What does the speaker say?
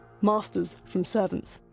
masters from servants.